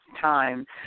time